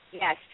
Yes